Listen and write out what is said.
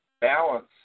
balance